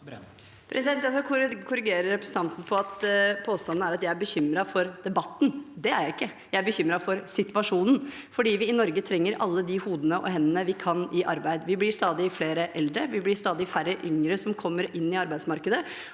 Jeg skal korrigere representanten når det gjelder påstanden om at jeg er bekymret for debatten. Det er jeg ikke. Jeg er bekymret for situasjonen fordi vi i Norge trenger alle de hodene og hendene vi kan få, i arbeid. Vi blir stadig flere eldre, vi blir stadig færre yngre som kommer inn i arbeidsmarkedet,